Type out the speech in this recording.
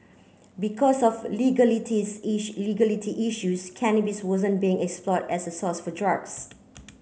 because of legalities issue legality issues cannabis wasn't being explored as a source for drugs